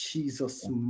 Jesus